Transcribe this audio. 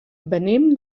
venim